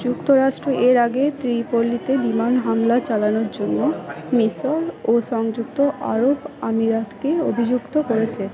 যুক্তরাষ্ট্র এর আগে ত্রিপোলিতে বিমান হামলা চালানোর জন্য মিশর ও সংযুক্ত আরব আমিরাতকে অভিযুক্ত করেছে